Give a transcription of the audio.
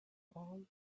all